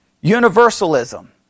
universalism